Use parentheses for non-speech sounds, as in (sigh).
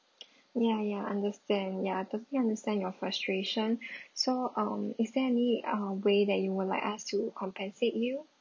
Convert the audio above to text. ya ya understand ya definitely understand your frustration (breath) so um is there any uh way that you would like us to compensate you